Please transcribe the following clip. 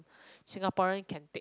singaporean can take